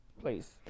please